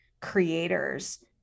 creators